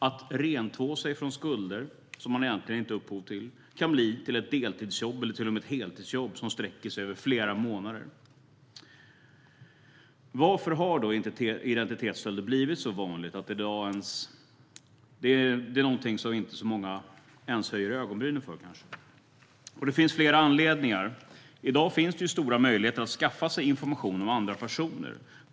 Att rentvå sig från skulder som man egentligen inte har gett upphov till kan bli till ett deltidsjobb - eller till och med till ett heltidsjobb - som sträcker sig över flera månader. Varför har då identitetsstölder blivit så vanligt att det i dag inte ens är något som många höjer på ögonbrynen för? Det finns flera anledningar. I dag finns det stora möjligheter att skaffa sig information om andra personer.